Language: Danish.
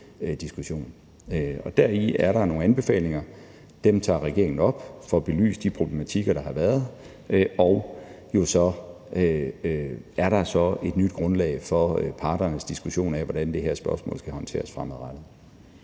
Og deri er der nogle anbefalinger – dem tager regeringen op, får belyst de problematikker, der har været, og så er der et nyt grundlag for parternes diskussion af, hvordan det her spørgsmål skal håndteres fremadrettet.